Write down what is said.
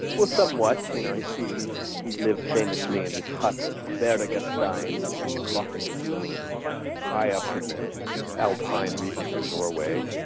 well somewhat. you know he he lived famously in his hut tvergastein, which means crossing the stones high up in the alpine regions of norway,